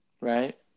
Right